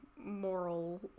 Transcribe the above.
Moral